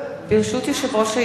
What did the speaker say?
אדוני היושב-ראש,